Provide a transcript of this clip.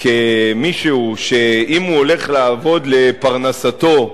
כמישהו שאם הוא הולך לעבוד לפרנסתו,